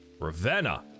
Ravenna